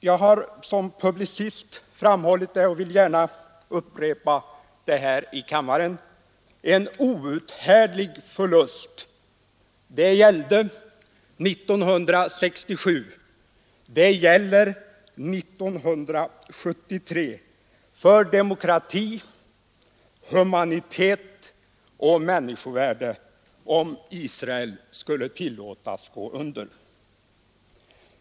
Jag har som publicist framhållit och vill gärna upprepa det här i kammaren att det vore en outhärdlig förlust — det gällde 1967 och det gäller 1973 — för demokrati, humanitet och männskovärde om Israel skulle tillåtas gå under.